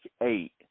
eight